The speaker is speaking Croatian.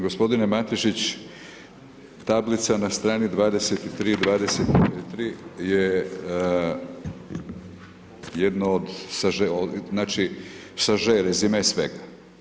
Gospodine Matešić, tablica na strani 23, 24 je jedno od saže, znači saže, rezime svega.